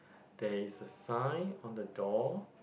there is a sign on the door